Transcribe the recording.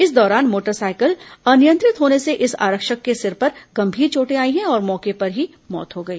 इसी दौरान motorcycle अनियंत्रित होने से इस आरक्षक के सिर पर गंभीर चोटे आई है और मौके पर ही मौत हो गई